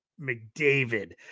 McDavid